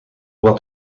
wat